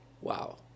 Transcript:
wow